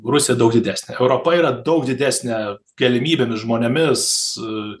rusija daug didesnė europa yra daug didesnė galimybėmis žmonėmis